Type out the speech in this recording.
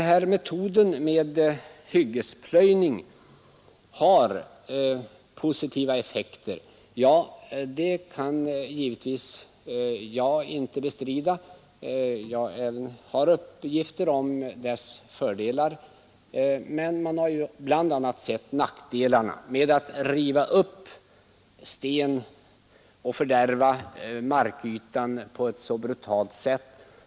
Att metoden med hyggesplöjning har positiva effekter kan jag givetvis inte bestrida. Jag har uppgifter om dess fördelar. Men man har ju bl.a. sett nackdelarna med att riva upp sten och fördärva markytan på ett så brutalt sätt.